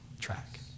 track